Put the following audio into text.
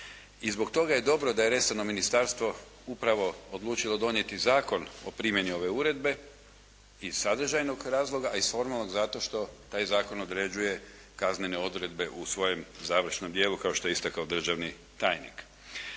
I zbog toga je dobro da je resorno ministarstvo upravo odlučilo donijeti zakon o primjeni ove uredbe iz sadržanog razloga, a iz formalnog zato što taj zakon određuje kaznene odredbe u svom završnom dijelu kao što je istakao državni tajnik.